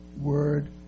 Word